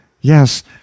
Yes